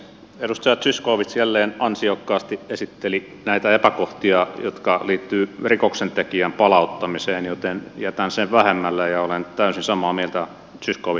edustaja zyskowicz jälleen ansiokkaasti esitteli näitä epäkohtia jotka liittyvät rikoksentekijän palauttamiseen joten jätän sen vähemmälle ja olen täysin samaa mieltä zyskowiczin kanssa